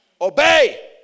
Obey